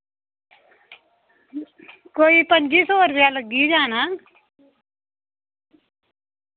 कोई पं'जी सौ रपेआ लग्गी गै जाना